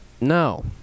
No